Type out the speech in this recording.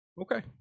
okay